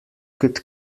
could